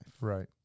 Right